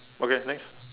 okay next